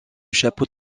chapeau